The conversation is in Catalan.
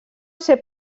ser